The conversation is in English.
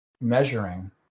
measuring